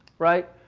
right.